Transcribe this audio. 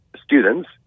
students